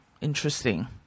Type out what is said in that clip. Interesting